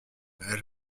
elle